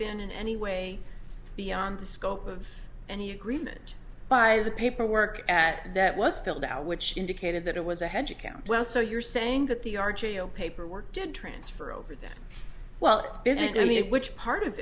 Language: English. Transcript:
been in any way beyond the scope of any agreement by the paperwork at that was filled out which indicated that it was a hedge account well so you're saying that the our g a o paperwork did transfer over that well visit i mean which part of